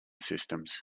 systems